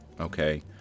okay